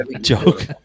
joke